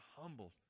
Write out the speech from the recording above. humbled